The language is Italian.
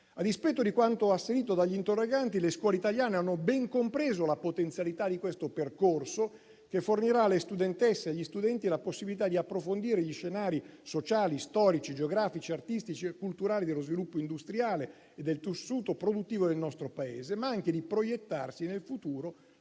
A dispetto di quanto asserito dagli interroganti, le scuole italiane hanno ben compreso la potenzialità di questo percorso, che fornirà alle studentesse e agli studenti la possibilità di approfondire gli scenari sociali, storici, geografici, artistici e culturali dello sviluppo industriale e del tessuto produttivo del nostro Paese, ma anche di proiettarsi nel futuro